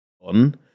on